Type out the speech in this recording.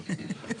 טוב.